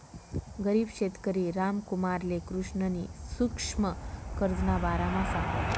गरीब शेतकरी रामकुमारले कृष्णनी सुक्ष्म कर्जना बारामा सांगं